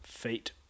Feet